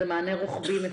זה מענה רוחבי.